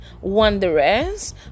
Wanderers